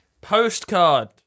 Postcard